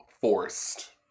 forced